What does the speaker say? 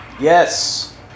Yes